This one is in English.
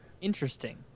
interesting